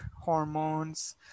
hormones